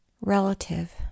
relative